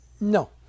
No